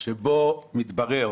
שבו מתברר